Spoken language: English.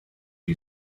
you